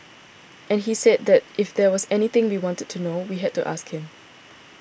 and he said that if there was anything we wanted to know we had to ask him